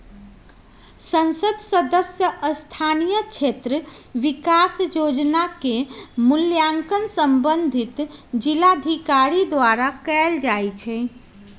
संसद सदस्य स्थानीय क्षेत्र विकास जोजना के मूल्यांकन संबंधित जिलाधिकारी द्वारा कएल जाइ छइ